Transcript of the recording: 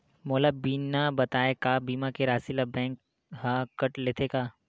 मोला बिना बताय का बीमा के राशि ला बैंक हा कत लेते का?